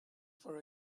for